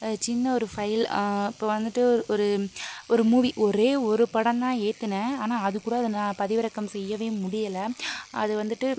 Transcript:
சின்ன ஒரு ஃபைல் இப்போ வந்துட்டு ஒரு ஒரு மூவி ஒரே ஒரு படம்தான் ஏற்றினேன் ஆனால் அது கூட அதில் பதிவிறக்கம் செய்யவே முடியலை அது வந்துட்டு